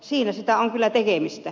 siinä sitä on kyllä tekemistä